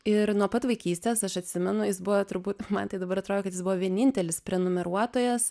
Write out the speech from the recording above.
ir nuo pat vaikystės aš atsimenu jis buvo turbūt man tai dabar atro kad jis buvo vienintelis prenumeruotojas